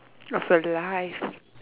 of your life